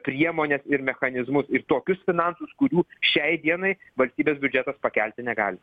priemones ir mechanizmus ir tokius finansus kurių šiai dienai valstybės biudžetas pakelti negali